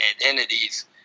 identities